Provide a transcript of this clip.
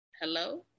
Hello